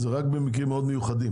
זה רק במקרים מאוד מיוחדים,